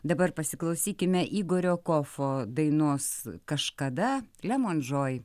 dabar pasiklausykime igorio kofo dainos kažkada lemon joy